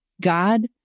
God